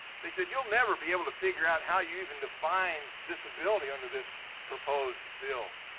they said, you'll never be able to figure out how you even define disability under this proposed bill.